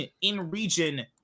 in-region